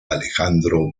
alejandro